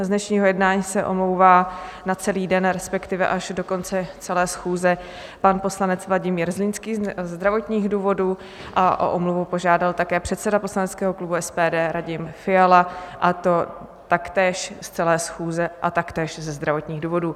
Z dnešního jednání se omlouvá na celý den, respektive až do konce celé schůze, pan poslanec Vladimír Zlínský ze zdravotních důvodů a o omluvu požádal také předseda poslaneckého klubu SPD Radim Fiala, a to taktéž z celé schůze a taktéž ze zdravotních důvodů.